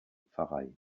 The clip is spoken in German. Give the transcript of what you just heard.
pfarrei